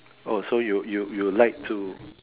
oh so you you you like to